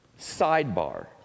sidebar